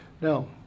Now